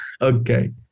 Okay